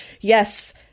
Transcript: yes